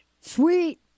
Sweet